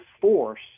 force